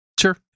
Sure